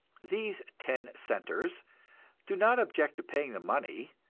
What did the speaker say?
these ten-centers do not object to paying the money,